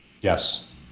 yes